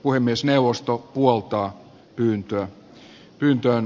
puhemiesneuvosto puoltaa pyyntöä